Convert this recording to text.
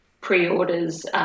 pre-orders